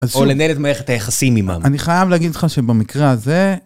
או לנהל את מערכת היחסים עימם. אני חייב להגיד לך שבמקרה הזה...